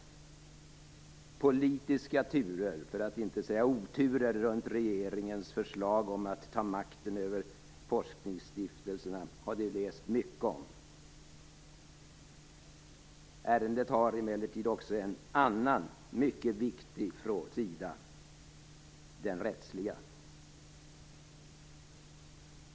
Politiska turer - för att inte säga oturer - runt regeringens förslag om att ta makten över forskningsstiftelserna har vi läst mycket om. Ärendet har emellertid också en annan mycket viktig sida - den rättsliga.